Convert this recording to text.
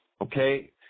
okay